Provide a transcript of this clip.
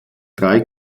drei